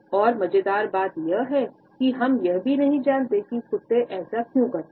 और मजेदार बात यह है कि हम यह भी नहीं जानते कि कुत्ते ऐसा क्यों करते हैं